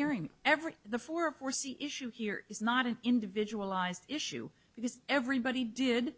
hearing every the four foresee issue here is not an individual eyes issue because everybody did